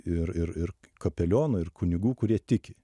ir ir ir kapelionų ir kunigų kurie tiki